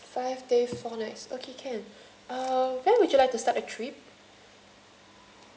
five days four nights okay can uh when would you like to start a trip